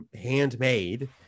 handmade